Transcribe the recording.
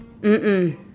Mm-mm